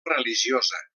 religiosa